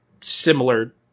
similar